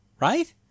Right